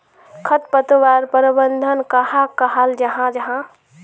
खरपतवार प्रबंधन कहाक कहाल जाहा जाहा?